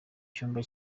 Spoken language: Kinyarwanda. cyumba